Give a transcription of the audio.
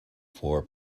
for